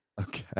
okay